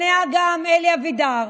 וגם אלי אבידר.